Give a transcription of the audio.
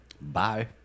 bye